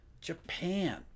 Japan